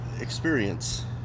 experience